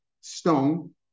stone